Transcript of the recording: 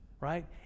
right